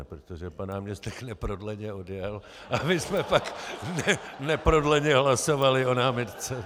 Protože pan náměstek neprodleně odjel a my jsme pak neprodleně hlasovali o námitce.